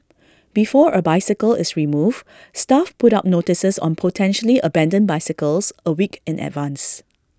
before A bicycle is removed staff put up notices on potentially abandoned bicycles A week in advance